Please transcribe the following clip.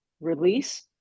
release